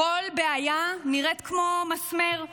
כל בעיה נראית כמו מסמר,